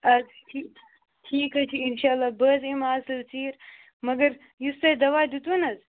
آ ٹھیٖک ٹھیٖک حظ چھُ اِنشاء اللہ بہٕ حظ یِمہٕ تیٚلہِ ژیٖر مگر یُس تۄہہِ دَوا دِتوٕ نہ حظ